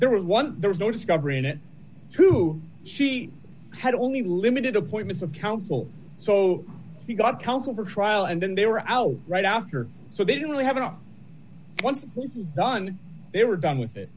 there was one there was no discovering it true she had only limited appointments of counsel so he got counsel for trial and then they were out right after so they didn't really have a no one done they were done with it